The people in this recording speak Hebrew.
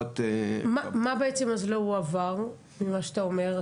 מה בעצם אז לא הועבר ממה שאתה אומר?